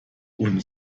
und